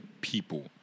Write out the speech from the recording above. people